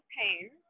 pain